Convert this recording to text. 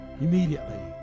immediately